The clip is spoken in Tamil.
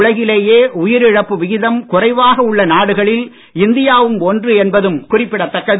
உலகிலேயே உயிரிழப்பு விகிதம் குறைவாக உள்ள நாடுகளில் இந்தியாவும் ஒன்று என்பதும் குறிப்பிடத்தக்கது